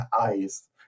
eyes